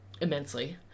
immensely